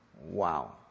Wow